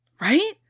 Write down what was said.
right